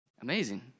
amazing